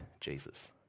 Jesus